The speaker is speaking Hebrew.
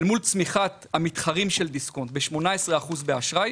אל מול צמיחת המתחרים של דיסקונט ב-18 אחוזים באשראי,